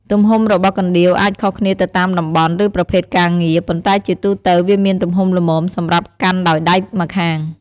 ទំហំរបស់កណ្ដៀវអាចខុសគ្នាទៅតាមតំបន់ ឬប្រភេទការងារ ប៉ុន្តែជាទូទៅវាមានទំហំល្មមសម្រាប់កាន់ដោយដៃម្ខាង។